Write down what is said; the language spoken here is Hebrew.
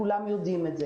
כולם יודעים את זה.